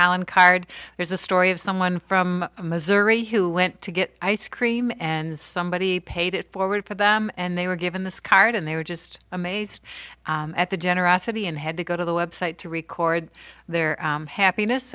how an card there's a story of someone from missouri who went to get ice cream and somebody paid it forward for them and they were given this card and they were just amazed at the generosity and had to go to the website to record their happiness